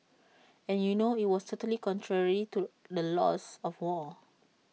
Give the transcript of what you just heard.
and you know IT was totally contrary to the laws of war